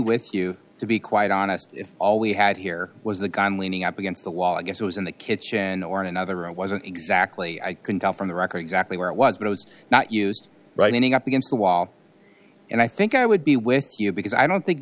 with you to be quite honest if all we had here was the gun leaning up against the wall i guess it was in the kitchen or in another room wasn't exactly i can tell from the record exactly where it was but it was not used running up against the wall and i think i would be with you because i don't think